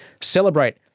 Celebrate